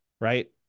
Right